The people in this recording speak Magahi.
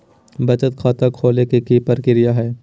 बचत खाता खोले के कि प्रक्रिया है?